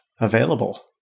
available